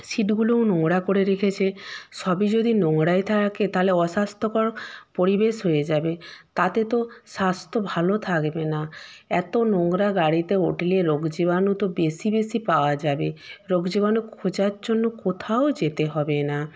সিটগুলোও নোংরা করে রেখেছে সবই যদি নোংরাই থাকে তালে অস্বাস্থ্যকর পরিবেশ হয়ে যাবে তাতে তো স্বাস্থ্য ভালো থাকবে না এতও নোংরা গাড়িতে উঠলে রোগ জীবাণু তো বেশি বেশি পাওয়া যাবে রোগ জীবাণু খোঁজার জন্য কোথাও যেতে হবে না